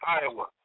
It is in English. Iowa